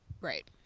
Right